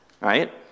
right